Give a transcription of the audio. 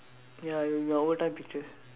ya my old time pictures